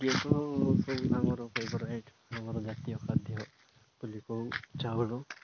ଯେହେତୁ ସବୁ ଆମର ଫେବରାଇଟ୍ ଆମର ଜାତୀୟ ଖାଦ୍ୟ ବୋଲି କହୁ ଚାଉଳ